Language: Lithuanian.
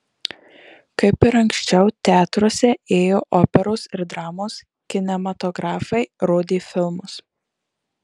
kaip ir anksčiau teatruose ėjo operos ir dramos kinematografai rodė filmus